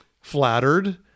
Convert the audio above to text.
flattered